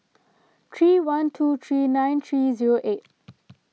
three one two three nine three zero eight